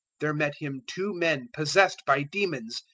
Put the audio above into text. there met him two men possessed by demons,